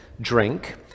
drink